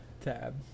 tab